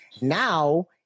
Now